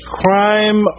crime